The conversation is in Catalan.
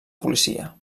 policia